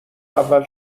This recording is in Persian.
اول